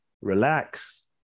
relax